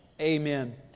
Amen